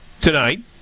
tonight